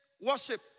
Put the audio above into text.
worship